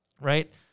right